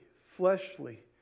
fleshly